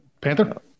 Panther